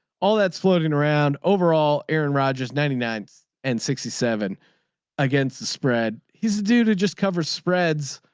all that's floating around overall. aaron rodgers ninety nine and sixty seven against the spread. he's due to just cover spreads